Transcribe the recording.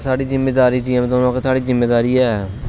साढ़ी जिमेदारी एह्